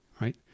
Right